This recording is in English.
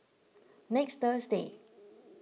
next Thursday